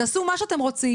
תעשו מה שאתם רוצים.